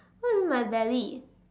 what you mean by valid